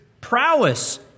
prowess